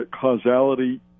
causality